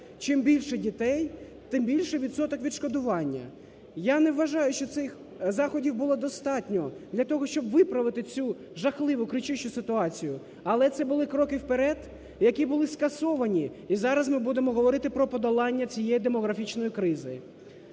чим більше дітей, тим більше відсоток відшкодування. Я не вважаю, що цих заходів було достатньо для того, щоб виправити цю жахливу кричущу ситуацію. Але це були кроки вперед, які були скасовані, і зараз ми будемо говорити про подолання цієї демографічної кризи.